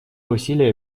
усилия